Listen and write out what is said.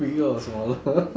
bigger or smaller